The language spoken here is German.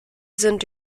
sind